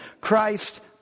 Christ